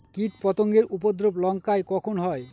কীটপতেঙ্গর উপদ্রব লঙ্কায় কখন হয়?